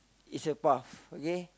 is a path okay